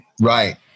Right